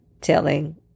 telling